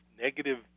negative